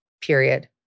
period